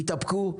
תתאפקו,